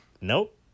nope